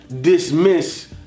dismiss